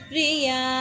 Priya